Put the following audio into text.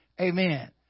Amen